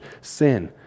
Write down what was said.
sin